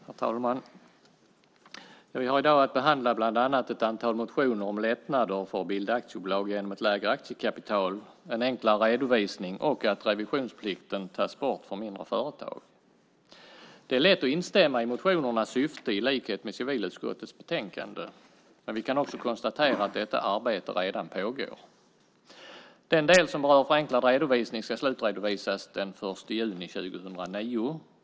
Herr talman! Vi har i dag att behandla bland annat ett antal motioner om lättnader för att bilda aktiebolag genom lägre aktiekapital, en enklare redovisning och att revisionsplikten tas bort för mindre företag. Det är lätt att instämma i motionernas syfte, i likhet med civilutskottets betänkande, men vi kan också konstatera att detta arbete redan pågår. Den del som berör förenklad redovisning ska slutredovisas den 1 juni 2009.